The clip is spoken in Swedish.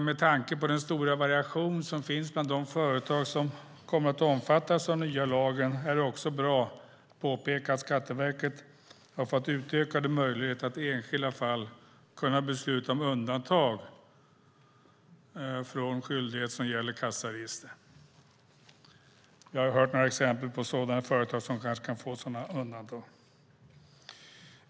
Med tanke på den stora variation som finns bland de företag som kommer att omfattas av den nya lagen är det också bra att påpeka att Skatteverket har fått utökade möjligheter att i enskilda fall besluta om undantag från skyldigheter som gäller kassaregister. Vi har hört några exempel på företag som kanske kan få sådana undantag.